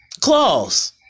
Claws